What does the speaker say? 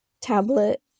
tablet